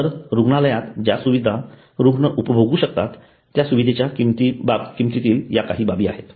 तर रूग्णालयात ज्या सुविधा रुग्ण उपभोगू शकतात त्या सुविधेच्या किंमतीतील या काही बाबी आहेत